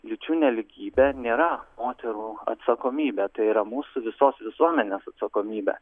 lyčių nelygybė nėra moterų atsakomybė tai yra mūsų visos visuomenės atsakomybė